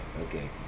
Okay